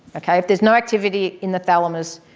kind of if there is no activity in the thalamus,